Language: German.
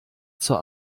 zur